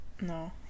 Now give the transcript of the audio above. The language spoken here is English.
no